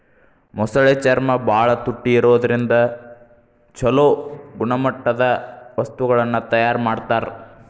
ಮೊಸಳೆ ಚರ್ಮ ಬಾಳ ತುಟ್ಟಿ ಇರೋದ್ರಿಂದ ಚೊಲೋ ಗುಣಮಟ್ಟದ ವಸ್ತುಗಳನ್ನ ತಯಾರ್ ಮಾಡ್ತಾರ